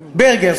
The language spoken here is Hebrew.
ברגר.